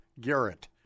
Garrett